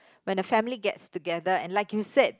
when family gets together and like you said